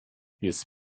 jest